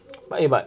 why but